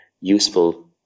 useful